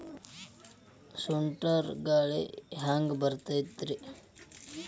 ಸುಂಟರ್ ಗಾಳಿ ಹ್ಯಾಂಗ್ ಬರ್ತೈತ್ರಿ?